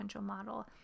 model